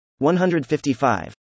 155